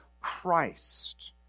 Christ